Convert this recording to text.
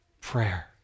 Prayer